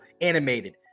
animated